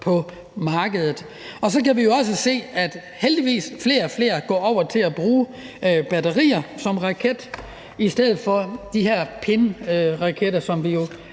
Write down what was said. på markedet. Så kan vi jo også se, at der heldigvis er flere og flere, der går over til at bruge batterier som raketter i stedet for de her pindraketter, som vi jo